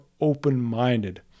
open-minded